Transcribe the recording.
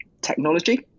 technology